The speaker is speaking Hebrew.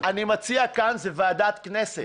אני מציע כאן, זו ועדת כנסת.